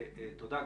תודה רבה.